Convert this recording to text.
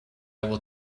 will